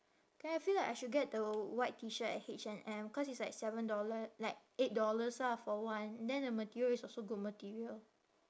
then I feel like I should get the white T shirt at H&M cause it's like seven dollar like eight dollars ah for one then the material is also good material